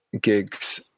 gigs